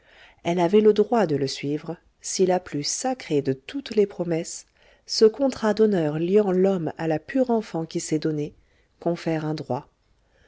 elle avait le droit de le suivre si la plus sacrée de toutes les promesses ce contrat d'honneur liant l'homme à la pure enfant qui s'est donnée confère un droit